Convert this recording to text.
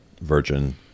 Virgin